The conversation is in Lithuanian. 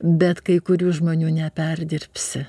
bet kai kurių žmonių neperdirbsi